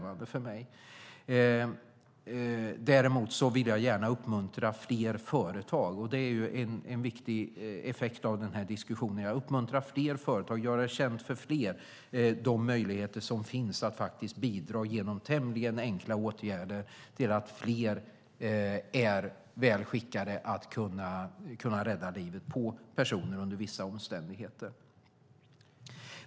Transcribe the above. Däremot vill jag gärna uppmuntra fler företag - det är en viktig effekt av den här diskussionen - att göra det känt för fler vilka möjligheter som finns att genom tämligen enkla åtgärder bidra till att fler är väl skickade att rädda livet på personer under vissa omständigheter.